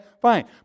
Fine